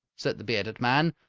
said the bearded man,